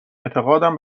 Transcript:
اعتقادم